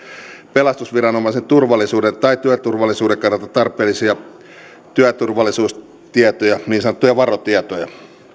pelastusviranomaisen turvallisuuden tai työturvallisuuden kannalta tarpeellisia työturvallisuustietoja niin sanottuja varotietoja